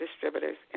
distributors